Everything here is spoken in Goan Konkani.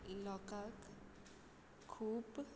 लोकांक खूब्ब